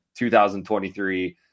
2023